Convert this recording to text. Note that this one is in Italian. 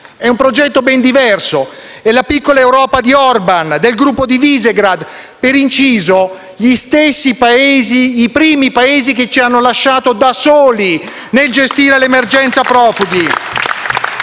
è un progetto ben diverso: è la piccola Europa di Orban, del gruppo di Visegrád, per inciso, i primi Paesi che ci hanno lasciati da soli nel gestire l'emergenza profughi.